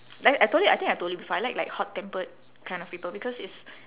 like I told you I think I told you before I like like hot tempered kind of people because it's